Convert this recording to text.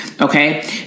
okay